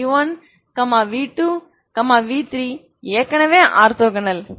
v1 v2 v3 ஏற்கனவே orthogonal